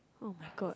oh my god